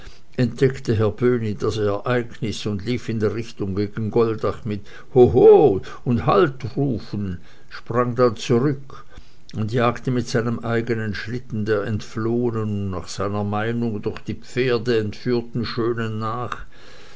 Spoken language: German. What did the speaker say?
böhni das ereignis und lief in der richtung gegen goldach mit hoho und haltrufen sprang dann zurück und jagte mit seinem eigenen schlitten der entflohenen oder nach seiner meinung durch die pferde entführten schönen nach